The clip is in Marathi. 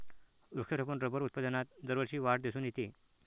वृक्षारोपण रबर उत्पादनात दरवर्षी वाढ दिसून येते